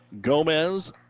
Gomez